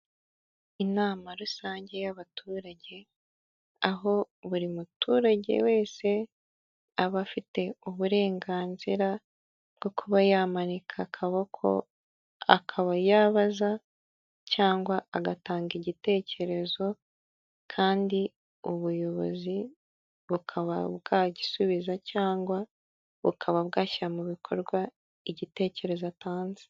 Inama rusange y'abaturage aho buri muturage wese aba afite uburenganzira bwo kuba yamanika akaboko, akaba yabaza cyangwa agatanga igitekerezo kandi ubuyobozi bukaba bwagisubiza cyangwa bukaba bwashyira mu bikorwa igitekerezo atanze.